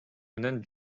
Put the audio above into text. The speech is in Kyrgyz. менен